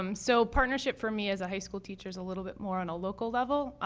um so partnership for me, as a high school teacher, is a little bit more on a local level.